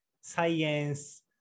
Science